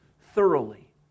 thoroughly